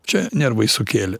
čia nervai sukėlė